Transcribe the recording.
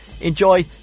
Enjoy